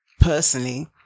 personally